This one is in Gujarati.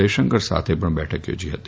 જયશંકર સાથે બેઠક થોજી હતી